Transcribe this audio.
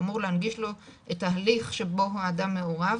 הוא אמור להנגיש לו את ההליך שבו האדם מעורב.